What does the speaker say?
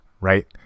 right